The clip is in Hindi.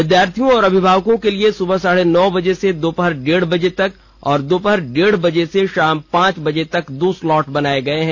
विद्यार्थियों और अभिभावकों के लिए सुबह साढ़े नौ बजे से दोपहर डेढ़ बजे तक और दोपहर डेढ बजे से शाम पांच बजे तक दो स्लॉट बनाए गए हैं